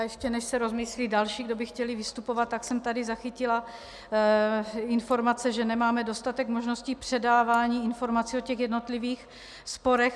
Ještě než se rozmyslí další, kdo by chtěli vystupovat, tak jsem tady zachytila informace, že nemáme dostatek možností k předávání informací o jednotlivých sporech.